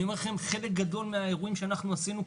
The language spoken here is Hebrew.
חלק גדול מהאירועים שאנחנו עשינו,